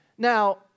Now